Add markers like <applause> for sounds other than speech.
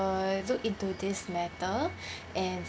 uh look into this matter <breath> and